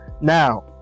Now